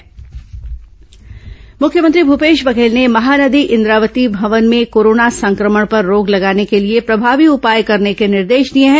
corona खबरें मुख्यमंत्री भूपेश बघेल ने महानदी इंद्रावती भवन में कोरोना संक्रमण पर रोक लगाने के लिए प्रभावी उपाय करने के निर्देश दिए हैं